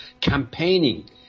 campaigning